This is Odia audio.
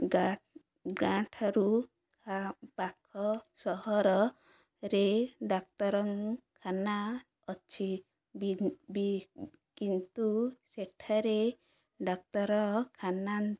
ଗାଁ ଗାଁଠାରୁ ପା ପାଖ ସହରରେ ଡାକ୍ତରଖାନା ଅଛି ବି କିନ୍ତୁ ସେଠାରେ ଡାକ୍ତରଖାନା